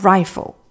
Rifle